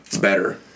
better